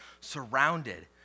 surrounded